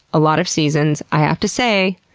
a lot of seasons. i have to say,